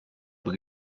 bisa